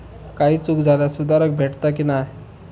काही चूक झाल्यास सुधारक भेटता की नाय?